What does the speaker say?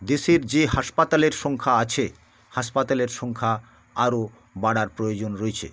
দেশের যে হাসপাতালের সংখ্যা আছে হাসপাতালের সংখ্যা আরো বাড়ার প্রয়োজন রয়েছে